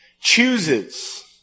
chooses